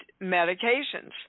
medications